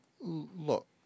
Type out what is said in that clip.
look